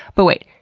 but wait,